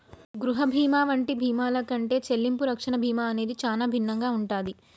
గృహ బీమా వంటి బీమాల కంటే చెల్లింపు రక్షణ బీమా అనేది చానా భిన్నంగా ఉంటాది